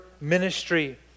ministry